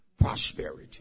prosperity